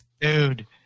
Dude